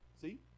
See